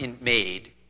made